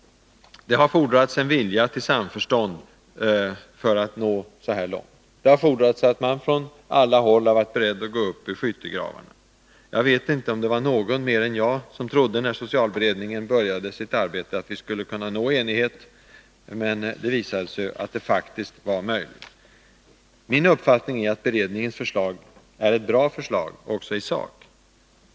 Det har fordrats en vilja till samförstånd för att nå så här långt. Det har fordrats att man från alla håll har varit beredd att gå upp ur skyttegravarna. Jag vet inte om det var någon mer än jag som trodde att vi skulle kunna nå enighet, när socialberedningen började sitt arbete, men det visade sig att det faktiskt var möjligt. Min uppfattning är att beredningens förslag är ett bra förslag också i sak.